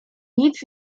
nic